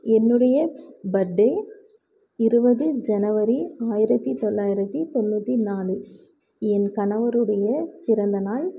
என்னுடைய பர்ட்டே இருபது ஜனவரி ஆயிரத்தி தொள்ளாயிரத்தி தொண்ணூற்றி நாலு என் கணவருடைய பிறந்த நாள்